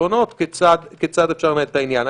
יתרונות כיצד אפשר לנהל את העניין.